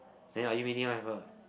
then are you meeting up with her